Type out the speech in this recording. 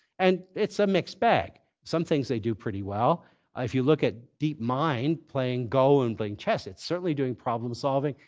and it's a mixed bag. some things, they do pretty well. if you look at deepmind playing go and playing chess, it's certainly doing problem solving.